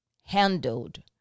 handled